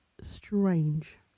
strange